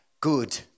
good